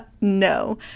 no